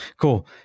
Cool